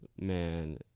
Man